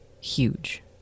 huge